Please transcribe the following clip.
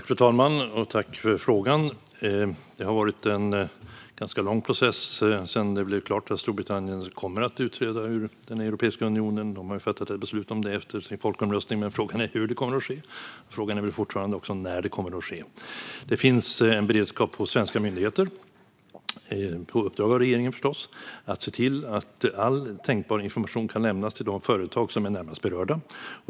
Fru talman! Tack för frågan! Det har varit en ganska lång process sedan det blev klart att Storbritannien kommer att utträda ur Europeiska unionen. De har ju fattat ett beslut om det efter sin folkomröstning, men frågan är hur det kommer att ske. Frågan är väl fortfarande också när det kommer att ske. Det finns en beredskap hos svenska myndigheter, på uppdrag av regeringen förstås, att se till att all tänkbar information kan lämnas till de företag som är närmast berörda.